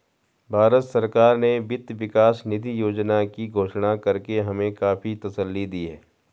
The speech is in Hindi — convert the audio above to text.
भारत सरकार ने वित्त विकास निधि योजना की घोषणा करके हमें काफी तसल्ली दी है